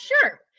sure